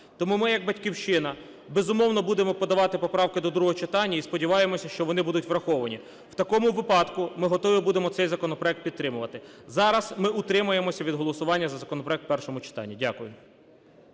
Тому ми як "Батьківщина", безумовно, будемо подавати поправки до другого читання і сподіваємося, що вони будуть враховані. В такому випадку ми готові будемо цей законопроект підтримувати. Зараз ми утримаємось від голосування за законопроект у першому читанні. Дякую.